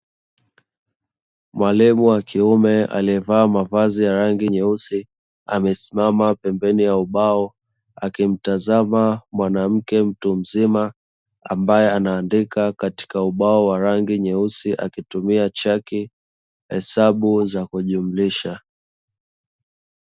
Mwalimu wa kiume aliyevaa mavazi ya rangi nyeusi amesimama pembeni ya ubao akimtazama mwanamke mtu mzima, ambaye anaandika katika ubao wa rangi nyeusi akitumia chaki hesabu za kujumlisha.